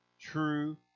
True